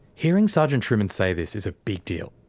hearing sergeant trueman say this is a big deal.